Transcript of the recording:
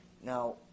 Now